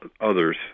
others